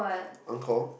on call